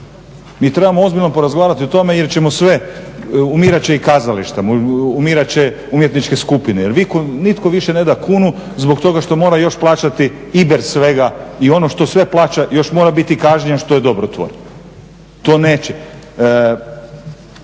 Mi trebamo ozbiljno porazgovarati o tome jer ćemo sve, umirat će i kazalište, umirat će umjetničke skupine jer nitko više neda kunu zbog toga što mora još plaćati iber svega i ono što sve plaća, još mora biti kažnjen što je dobrotvorno. To neće.